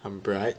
很 bright